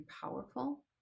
powerful